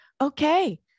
okay